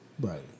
Right